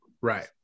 Right